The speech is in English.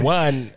one